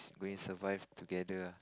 going to survive together ah